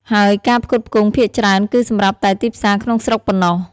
ហើយការផ្គត់ផ្គង់ភាគច្រើនគឺសម្រាប់តែទីផ្សារក្នុងស្រុកប៉ុណ្ណោះ។